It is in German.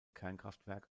kernkraftwerk